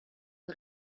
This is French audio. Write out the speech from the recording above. une